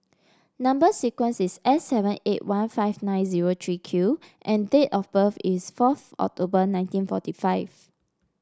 number sequence is S seven eight one five nine zero three Q and date of birth is fourth October nineteen forty five